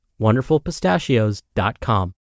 wonderfulpistachios.com